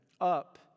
Up